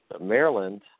Maryland